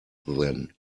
then